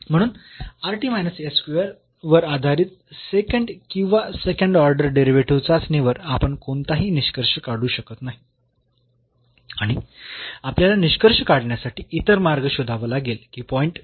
म्हणून वर आधारित किंवा सेकंड ऑर्डर डेरिव्हेटिव्ह चाचणी वर आपण कोणताही निष्कर्ष काढू शकत नाही आणि आपल्याला निष्कर्ष काढण्यासाठी इतर मार्ग शोधावा लागेल की पॉईंट काय आहे